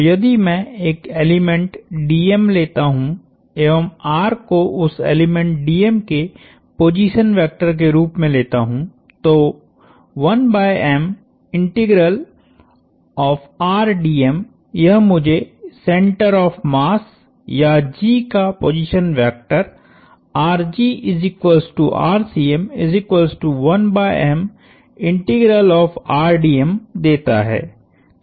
तो यदि मैं एक एलिमेंट लेता हु एवं को उस एलिमेंट के पोजीशन वेक्टर के रूप में लेता हूं तो यह मुझे सेंटर ऑफ़ मास या G का पोजीशन वेक्टर देता है